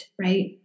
right